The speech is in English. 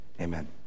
amen